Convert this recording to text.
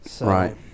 right